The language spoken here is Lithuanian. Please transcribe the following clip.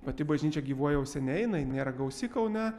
pati bažnyčia gyvuoja jau seniai jinai nėra gausi kaune